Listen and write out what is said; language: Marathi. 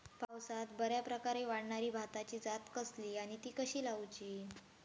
पावसात बऱ्याप्रकारे वाढणारी भाताची जात कसली आणि ती कशी लाऊची?